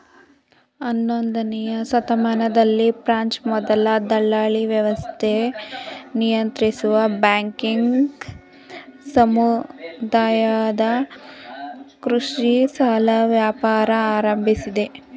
ಹನ್ನೊಂದನೇಯ ಶತಮಾನದಲ್ಲಿ ಫ್ರೆಂಚ್ ಮೊದಲ ದಲ್ಲಾಳಿವ್ಯವಸ್ಥೆ ನಿಯಂತ್ರಿಸುವ ಬ್ಯಾಂಕಿಂಗ್ ಸಮುದಾಯದ ಕೃಷಿ ಸಾಲ ವ್ಯಾಪಾರ ಆರಂಭಿಸಿದೆ